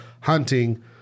hunting